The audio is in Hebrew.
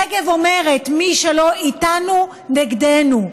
רגב אומרת: מי שלא איתנו, נגדנו,